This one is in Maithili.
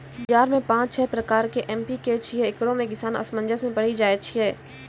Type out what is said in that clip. बाजार मे पाँच छह प्रकार के एम.पी.के छैय, इकरो मे किसान असमंजस मे पड़ी जाय छैय?